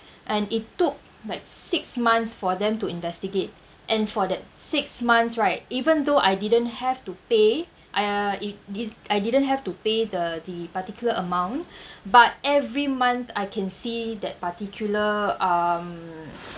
and it took like six months for them to investigate and for that six months right even though I didn't have to pay uh it it I didn't have to pay the the particular amount but every month I can see that particular um